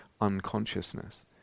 unconsciousness